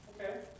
Okay